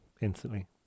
instantly